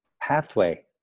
pathway